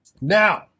Now